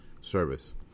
service